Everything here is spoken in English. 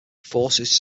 forces